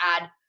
add